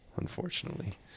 Unfortunately